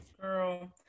girl